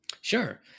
Sure